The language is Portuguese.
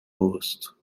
rosto